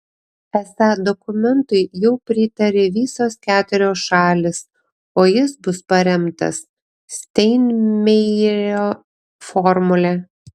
esą dokumentui jau pritarė visos keturios šalys o jis bus paremtas steinmeierio formule